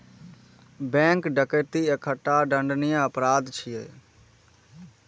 bank डकैती एकटा दंडनीय अपराध छियै